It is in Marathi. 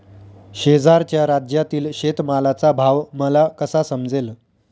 शेजारच्या राज्यातील शेतमालाचा भाव मला कसा समजेल?